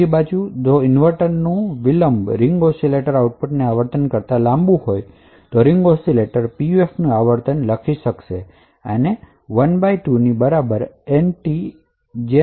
બીજી બાજુ જો દરેક ઇન્વર્ટરનું ડીલે રિંગ ઓસિલેટર આઉટપુટ ની આવર્તન કરતા લાંબું હોય છે આપણે રીંગ ઓસિલેટર પીયુએફની આવર્તન આ રીતે લખી શકીએ 1 બાય 2 એન ટી